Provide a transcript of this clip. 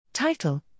Title